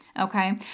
Okay